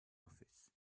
office